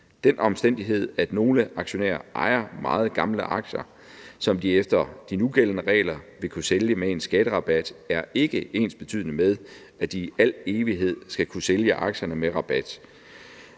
Den omstændighed, at nogle aktionærer ejer meget gamle aktier, som de efter de nugældende regler vil kunne sælge med en skatterabat, er ikke ensbetydende med, at de i al evighed skal kunne sælge aktierne med rabat.